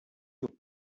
you